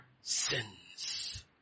sins